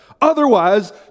Otherwise